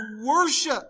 worship